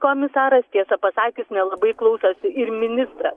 komisaras tiesą pasakius nelabai klausosi ir ministras